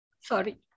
Sorry